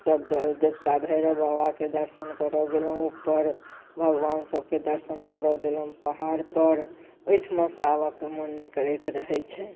सब दर देवता भैरव बाबाके दर्शन करऽ गेलहुँ उपर भगवानसबके दर्शन करऽ गेलहुँ पहाड़पर ओहिठामसँ आबऽके मोन नहि करैत रहै छै